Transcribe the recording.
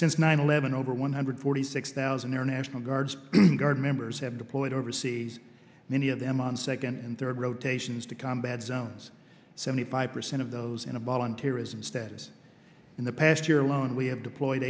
since nine eleven over one hundred forty six thousand air national guards guard members have deployed overseas many of them on second and third rotations to combat zones seventy five percent of those in a bar on terrorism status in the past year alone we have deployed